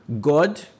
God